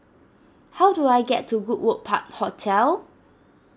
how do I get to Goodwood Park Hotel